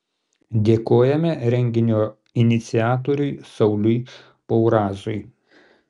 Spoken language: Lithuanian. dėkojame renginio iniciatoriui sauliui paurazui